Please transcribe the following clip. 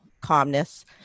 calmness